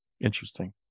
Interesting